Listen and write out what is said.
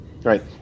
Right